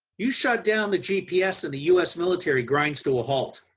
you shut down the gps and the u s. military grinds to a halt.